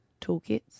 toolkits